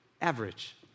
average